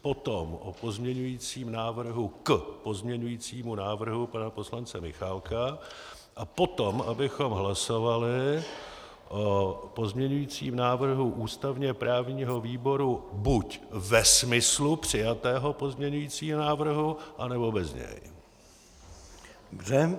Potom o pozměňujícím návrhu k pozměňujícímu návrhu pana poslance Michálka a potom abychom hlasovali o pozměňujícím návrhu ústavněprávního výboru buď ve smyslu přijatého pozměňujícího návrhu, anebo bez něj.